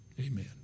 Amen